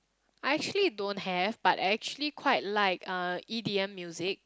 I actually don't have but I actually quite like uh E_D_M music